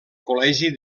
col·legi